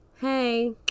hey